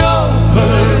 over